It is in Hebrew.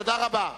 תודה רבה.